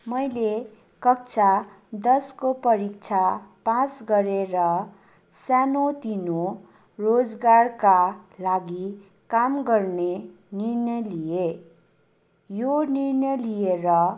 मैले कक्षा दसको परीक्षा पास गरेर सानोतिनो रोजगारका लागि काम गर्ने निर्णय लिएँ यो निर्णय लिएर